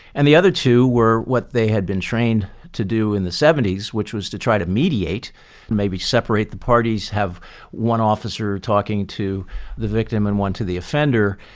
and the other two were what they had been trained to do in the seventy s, which was to try to mediate and maybe separate the parties, have one officer talking to the victim and one to the offender.